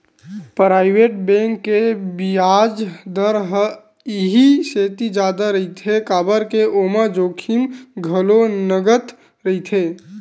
private bank के बियाज दर ह इहि सेती जादा रहिथे काबर के ओमा जोखिम घलो नँगत रहिथे